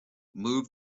move